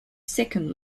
second